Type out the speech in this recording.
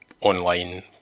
online